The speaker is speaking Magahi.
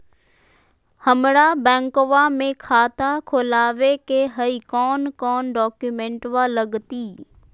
हमरा बैंकवा मे खाता खोलाबे के हई कौन कौन डॉक्यूमेंटवा लगती?